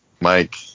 Mike